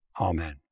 Amen